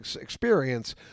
experience